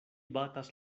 batas